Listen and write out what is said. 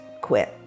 quit